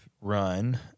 run